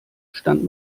stand